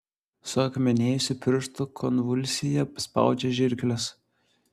suakmenėjusi pirštų konvulsija spaudžia žirkles